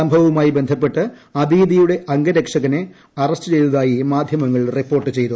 സംഭവവുമായി ബന്ധപ്പെട്ട് അബീദിയുടെ അംഗരക്ഷനെ അറസ്റ്റ് ചെയ്തതായി മാധ്യമങ്ങൾ റിപ്പോർട്ട് ചെയ്തു